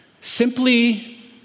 Simply